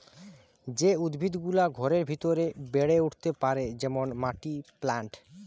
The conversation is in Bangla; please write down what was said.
যে উদ্ভিদ গুলা ঘরের ভিতরে বেড়ে উঠতে পারে যেমন মানি প্লান্ট